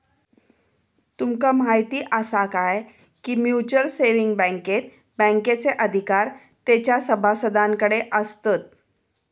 तुमका म्हायती आसा काय, की म्युच्युअल सेविंग बँकेत बँकेचे अधिकार तेंच्या सभासदांकडे आसतत